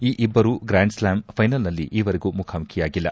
ಈ ಇಬ್ಬರೂ ಗ್ರ್ಯಾಂಡ್ಸ್ಲಾಮ್ ಫೈನಲ್ನಲ್ಲಿ ಈವರೆಗೆ ಮುಖಮುಖಿಯಾಗಿಲ್ಲ